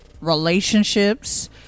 relationships